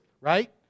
right